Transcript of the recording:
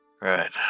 right